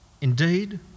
Indeed